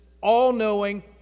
all-knowing